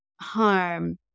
harm